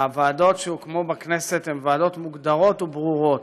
הוועדות שהוקמו בכנסת הן ועדות מוגדרות וברורות.